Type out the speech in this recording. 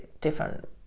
different